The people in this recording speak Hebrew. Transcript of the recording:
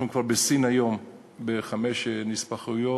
בסין אנחנו היום כבר עם חמש נספחויות,